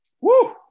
Woo